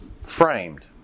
Framed